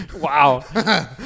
wow